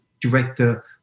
director